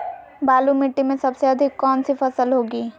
बालू मिट्टी में सबसे अधिक कौन सी फसल होगी?